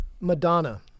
Madonna